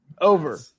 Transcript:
Over